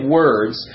words